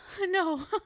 No